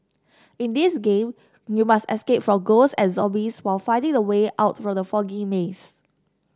in this game you must escape from ghosts and zombies while finding the way out from the foggy maze